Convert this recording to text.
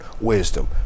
wisdom